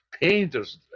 painters